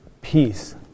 peace